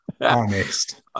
Honest